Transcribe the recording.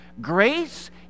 grace